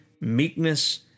meekness